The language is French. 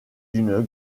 d’une